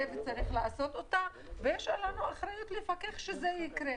ויש עלינו אחריות לפקח שאכן זה יקרה.